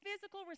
physical